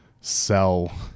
sell